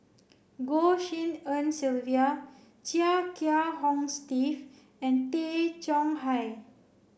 Goh Tshin En Sylvia Chia Kiah Hong Steve and Tay Chong Hai